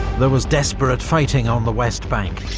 there was desperate fighting on the west bank,